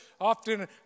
often